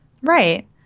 Right